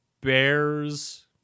Bears